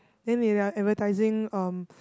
then they like advertising um